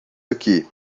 aqui